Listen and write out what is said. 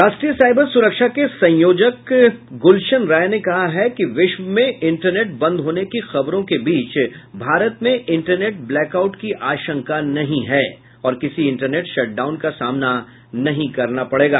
राष्ट्रीय साइबर सुरक्षा के संयोजक गुलशन राय ने कहा है कि विश्व में इंटरनेट बंद होने की खबरों के बीच भारत में इंटरनेट ब्लैकआउट की आशंका नहीं है और किसी इंटरनेट शटडाउन का सामना नहीं करना पड़ेगा